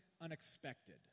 unexpected